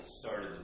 started